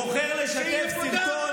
כשראש ממשלת ישראל בוחר לשתף סרטון,